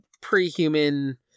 pre-human